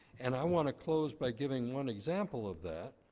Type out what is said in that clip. and i want to close by giving one example of that.